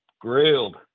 Grilled